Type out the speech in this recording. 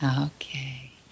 Okay